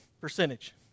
Percentage